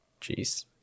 Jeez